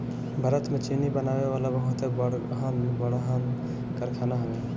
भारत में चीनी बनावे वाला बहुते बड़हन बड़हन कारखाना हवे